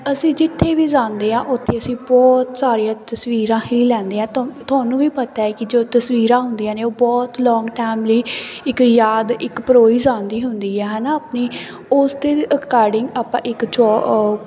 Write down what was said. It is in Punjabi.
ਅਸੀਂ ਜਿੱਥੇ ਵੀ ਜਾਂਦੇ ਹਾਂ ਉੱਥੇ ਅਸੀਂ ਬਹੁਤ ਸਾਰੀਆਂ ਤਸਵੀਰਾਂ ਹੀ ਲੈਂਦੇ ਹਾਂ ਤੋ ਤੁਹਾਨੂੰ ਵੀ ਪਤਾ ਹੈ ਕਿ ਜੋ ਤਸਵੀਰਾਂ ਹੁੰਦੀਆਂ ਨੇ ਉਹ ਬਹੁਤ ਲੋਂਗ ਟਾਈਮ ਲਈ ਇੱਕ ਯਾਦ ਇੱਕ ਪਰੋਈ ਜਾਂਦੀ ਹੁੰਦੀ ਆ ਹੈ ਨਾ ਆਪਣੀ ਉਸ ਦੇ ਅਕਾਡਿੰਗ ਆਪਾਂ ਇੱਕ ਜੋ